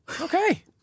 Okay